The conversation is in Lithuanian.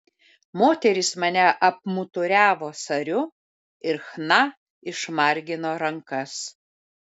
moterys mane apmuturiavo sariu ir chna išmargino rankas